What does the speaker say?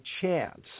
chance